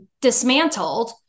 dismantled